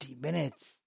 minutes